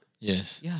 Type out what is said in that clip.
Yes